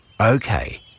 Okay